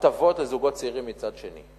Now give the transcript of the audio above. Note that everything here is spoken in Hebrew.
הטבות לזוגות צעירים מצד שני.